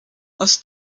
aus